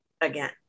again